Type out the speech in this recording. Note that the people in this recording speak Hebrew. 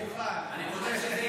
הוא מוכן.